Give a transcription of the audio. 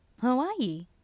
Hawaii